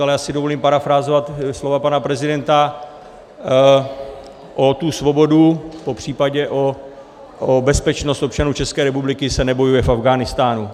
Ale já si dovolím parafrázovat slova pana prezidenta: o svobodu, popřípadě o bezpečnost občanů České republiky se nebojuje v Afghánistánu.